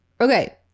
okay